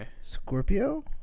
Scorpio